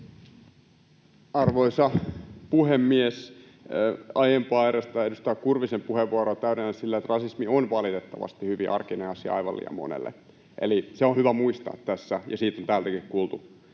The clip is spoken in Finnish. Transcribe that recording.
Arvoisa puhemies! Aiempaa edustaja Kurvisen puheenvuoroa täydennän sillä, että rasismi on valitettavasti hyvin arkinen asia aivan liian monelle. Se on hyvä muistaa tässä, ja siitä on täälläkin kuultu